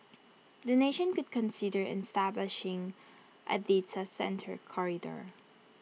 the nation should consider establishing A data centre corridor